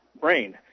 brain